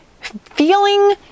Feeling